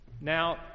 Now